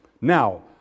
Now